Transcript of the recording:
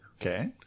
Okay